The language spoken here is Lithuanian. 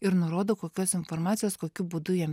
ir nurodo kokios informacijos kokiu būdu jam